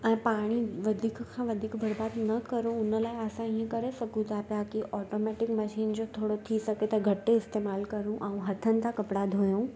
ऐं पाणी वधीक खां वधीक बर्बादु न कयो उन लाइ असां ईअं करे सघूं था पिया की ऑटोमेटिक मशीन जो थोरो थी सघे त घटि इस्तेमालु कयूं ऐं हथनि सां कपिड़ा धोऊं